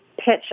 pitch